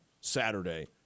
Saturday